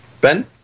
Ben